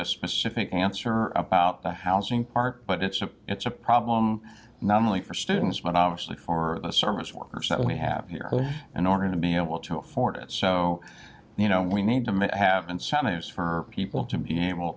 a specific answer about the housing part but it's a it's a problem not only for students but obviously for the service workers that we have here in order to be able to afford it so you know we need to make have incentives for people to be able